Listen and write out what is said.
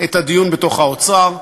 את הדיון בתוך האוצר,